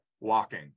walking